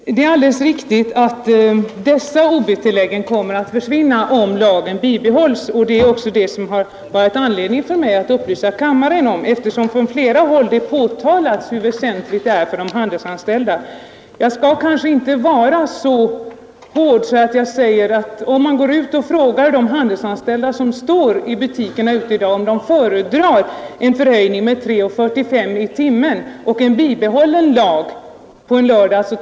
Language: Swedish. Herr talman! Det är alldeles riktigt att de av mig nämnda ob-tilläggen inte genomförs, om lagen bibehålles, och det är också det som varit anledningen till mina upplysningar till kammarens ledamöter. Det har nämligen från flera håll påpekats hur väsentliga dessa tillägg är för de handelsanställda. Jag skall kanske inte vara så hård att jag frågar de handelsanställda ute i butikerna i dag om de föredrar antingen ett bibehållande av lagen eller en förhöjning med 3:45 för en timme kl. 12.00 till kl.